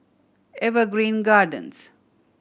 Evergreen Gardens